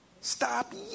stop